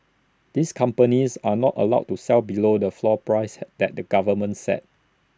these companies are not allowed to sell below the floor prices had that the government set